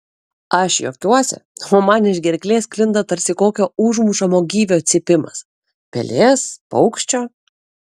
aš juokiuosi o man iš gerklės sklinda tarsi kokio užmušamo gyvio cypimas pelės paukščio